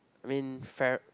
I mean fair